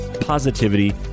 positivity